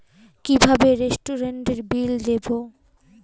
কিভাবে রেস্টুরেন্টের বিল দেবো?